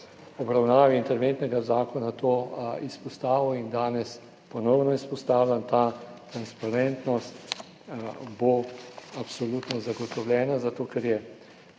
obravnavi interventnega zakona to izpostavil in danes ponovno izpostavljam, transparentnost bo absolutno zagotovljena, zato ker je